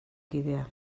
kidea